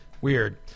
weird